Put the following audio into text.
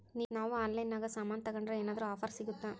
ನಾವು ಆನ್ಲೈನಿನಾಗ ಸಾಮಾನು ತಗಂಡ್ರ ಏನಾದ್ರೂ ಆಫರ್ ಸಿಗುತ್ತಾ?